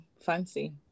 fancy